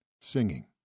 singing